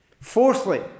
fourthly